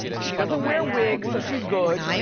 she doesn't wear wigs, so she's good.